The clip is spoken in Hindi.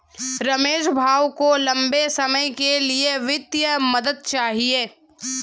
महेश भाऊ को लंबे समय के लिए वित्तीय मदद चाहिए